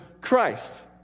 Christ